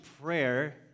prayer